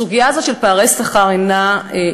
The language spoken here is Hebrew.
הסוגיה הזאת, של פערי שכר, אינה מקודמת.